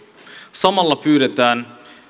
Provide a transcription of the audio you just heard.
samalla pyydetään